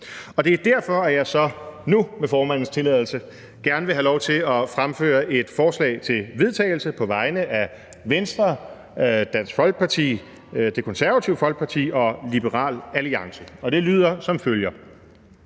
Det er derfor, jeg så nu med formandens tilladelse gerne vil have lov til at fremsætte et forslag til vedtagelse på vegne af Venstre, Dansk Folkeparti, Det Konservative Folkeparti og Liberal Alliance. Det lyder som følger: